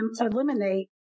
eliminate